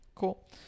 cool